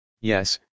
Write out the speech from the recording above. Yes